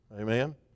amen